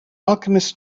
alchemist